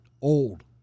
old